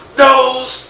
nose